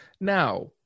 now